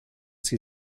sie